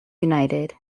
united